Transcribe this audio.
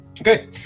Okay